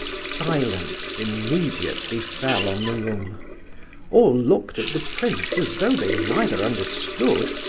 silence immediately fell on the room all looked at the prince as though they neither understood,